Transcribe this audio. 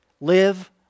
Live